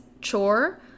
chore